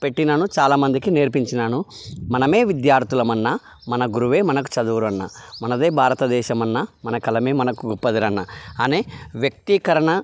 పెట్టాను చాలా మందికి నేర్పించాను మనం విద్యార్థులం అన్న మన గురువే మనకు చదువురన్న మనది భారతదేశం అన్న మన కలం మనకు గొప్పదిరా అన్న అనే వ్యక్తీకరణ